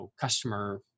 customer